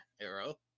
arrow